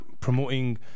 promoting